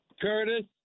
Curtis